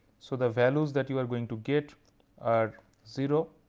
so the values that you are going to get are zero,